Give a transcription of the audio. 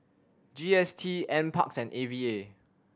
G S T N Parks and A V A